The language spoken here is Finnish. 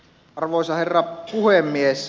arvoisa herra puhemies